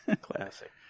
Classic